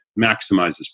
maximizes